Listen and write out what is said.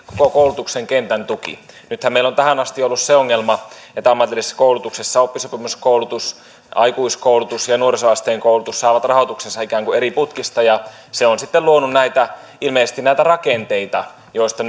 koko koulutuksen kentän tuki nythän meillä on tähän asti ollut se ongelma että ammatillisessa koulutuksessa oppisopimuskoulutus aikuiskoulutus ja ja nuorisoasteen koulutus saavat rahoituksensa ikään kuin eri putkista ja se on sitten luonut ilmeisesti näitä rakenteita joista